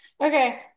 Okay